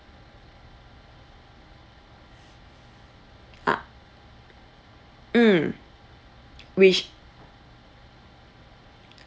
ah mm which